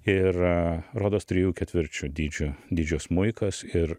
ir rodos trijų ketvirčių dydžio dydžio smuikas ir